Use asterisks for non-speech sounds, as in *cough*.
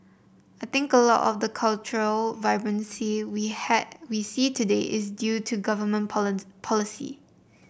I think a lot of the cultural vibrancy we *unintelligible* we see today is due to government *unintelligible* policy